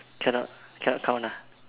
cannot cannot count ah